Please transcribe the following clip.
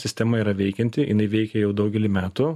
sistema yra veikianti jinai veikia jau daugelį metų